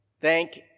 thank